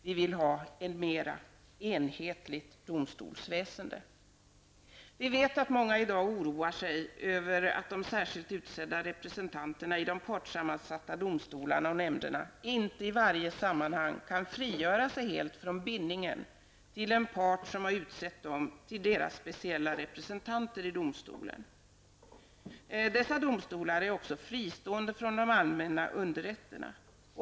Vi vill ha ett mera enhetligt domstolväsende. Vi vet att många i dag oroar sig över att de särskilt utsedda representanterna i de partssammansatta domstolarna och nämnderna inte i varje sammanhang kan frigöra sig helt från bindningen till den part som har utsett dem som sina speciella representanter i domstolen. Dessa domstolar är också fristående från de allmänna underrätterna.